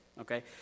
okay